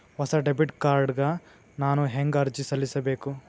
ಹೊಸ debit card ಗ ನಾನು ಹೆಂಗ ಅರ್ಜಿ ಸಲ್ಲಿಸಬೇಕು?